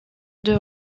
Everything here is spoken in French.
deux